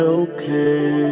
okay